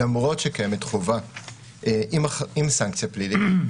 למרות שקיימת חובה עם סנקציה פלילית,